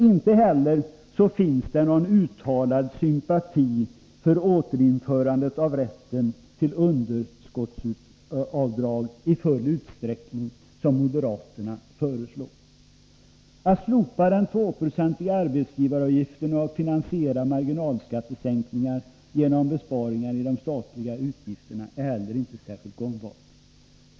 Inte heller finns det någon uttalad sympati för återinförandet av rätten till underskottsavdrag i full utsträckning som moderaterna föreslår. Att slopa den 2-procentiga arbetsgivaravgiften och finansiera marginalskattesänkningar genom besparingar i de statliga utgifterna är heller inte särskilt gångbart.